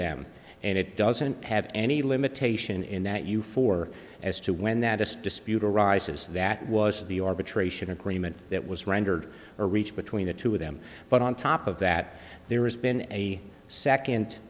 them and it doesn't have any limitation in that you for as to when that this dispute arises that was the arbitration agreement that was rendered or reached between the two of them but on top of that there is been a second